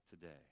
today